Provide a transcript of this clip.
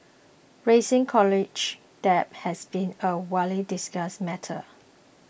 rising college debt has been a widely discussed matter